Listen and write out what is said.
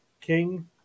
King